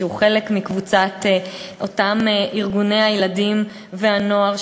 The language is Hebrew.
שהוא חלק מקבוצת אותם ארגוני הילדים והנוער,